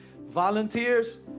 Volunteers